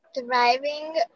thriving